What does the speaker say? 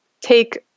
take